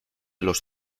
los